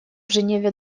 женеве